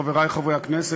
חברי חברי הכנסת,